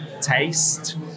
taste